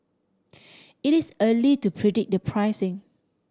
it is early to predict the pricing